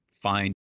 find